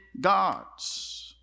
God's